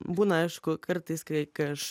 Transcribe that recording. būna aišku kartais kai kai aš